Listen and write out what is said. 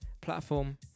platform